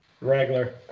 Regular